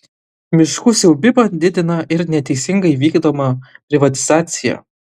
miškų siaubimą didina ir neteisingai vykdoma privatizacija